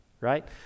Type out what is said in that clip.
right